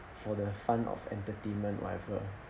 for the fun of entertainment whatever